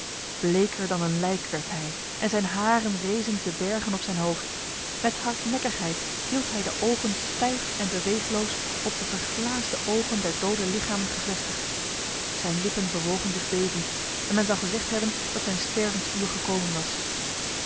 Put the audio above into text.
bleker dan een lijk werd hij en zijn haren rezen te berge op zijn hoofd met hardnekkigheid hield hij de ogen stijf en beweegloos op de verglaasde ogen der dode lichamen gevestigd zijn lippen bewogen zich bevend en men zou gezegd hebben dat zijn stervensuur gekomen was